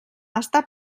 està